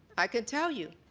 i can tell you,